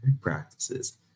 practices